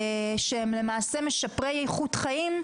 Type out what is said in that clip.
שהם למעשה משפרי איכות חיים,